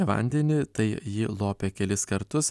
vandenį tai jį lopė kelis kartus